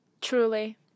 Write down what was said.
Truly